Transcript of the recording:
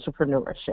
entrepreneurship